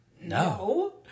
No